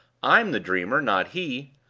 i'm the dreamer, not he.